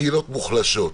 קהילות מוחלשות,